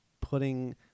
putting